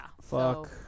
Fuck